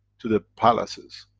to the palaces.